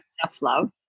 self-love